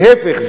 להיפך,